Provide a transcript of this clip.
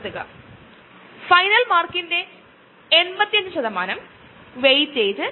നമുക്ക് റേഡിയേഷൻ ഉപയോഗിക്കാം ആ ചികിത്സയെ റേഡിയോതെറാപ്പി എന്നും വിളിക്കുന്നു അത് ക്യാൻസർ കോശങ്ങളെ നശിപ്പിക്കാൻ